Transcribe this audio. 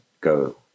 go